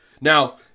Now